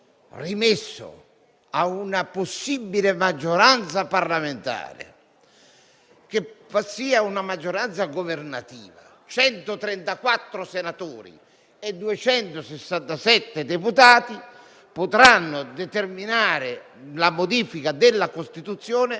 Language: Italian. Io sono un amante della nostra Costituzione, di cui sono innamorato non da oggi, e non come quelli che dicono - e ne hanno fatto una bandiera - di difendere la Costituzione per poi modificarla nei comportamenti o nelle leggi a ogni piè sospinto.